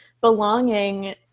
belonging